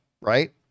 right